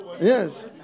Yes